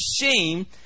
shame